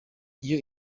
iyo